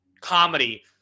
comedy